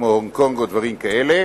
כמו הונג-קונג או דברים כאלה,